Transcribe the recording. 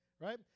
Right